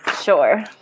Sure